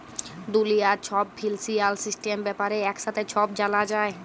দুলিয়ার ছব financial system ব্যাপারে একসাথে ছব জালা যায়